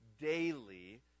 daily